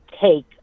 take